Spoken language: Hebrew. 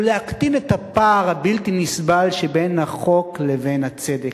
להקטין את הפער הבלתי נסבל שבין החוק לבין הצדק,